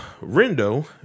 rindo